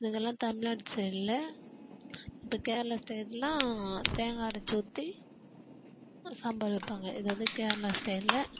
இதல்லாம் தமிழ்நாட்டு சைடில் இப்போ கேரளா ஸ்டேட்லாம் தேங்காய் அரைத்து ஊற்றி ஒரு சாம்பார் வைப்பாங்க இது வந்து கேரளா ஸ்டைலில்